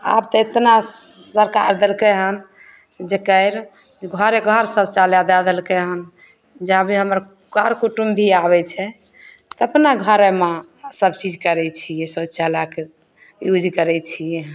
आब तऽ एतना सरकार देलकै हँ जकर घरे घर शौचालय दै देलकै हँ जाबे हमर कर कुटुम भी आबै छै तऽ अपना घरेमे सबचीज करै छिए शौचालयके यूज करै छिए